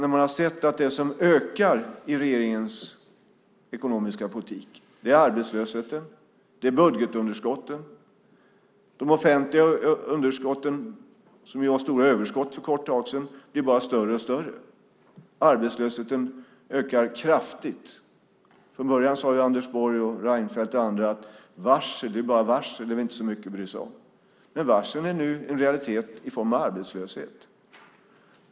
Vi har sett att det som ökar i regeringens ekonomiska politik är arbetslösheten och budgetunderskottet. De offentliga underskotten blir bara större och större. För en kort tid sedan var det stora överskott. Arbetslösheten ökar kraftigt. Från början sade Anders Borg, Reinfeldt och andra att varsel bara är varsel, det är inte så mycket att bry sig om. Men varsel är nu en realitet i form av arbetslöshet.